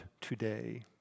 today